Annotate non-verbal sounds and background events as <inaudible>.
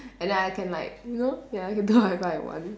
and then I can like you know ya I can <laughs> buy whatever I want